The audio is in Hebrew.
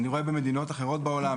אני רואה במדינות אחרות בעולם,